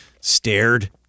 stared